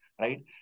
right